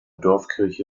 dorfkirche